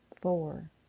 four